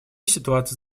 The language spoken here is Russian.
ситуация